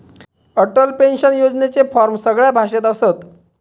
Atal pension योजनेचे form सगळ्या भाषेत असत